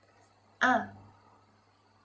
ah